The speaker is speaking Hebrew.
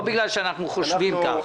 לא בגלל שאנחנו חושבים כך.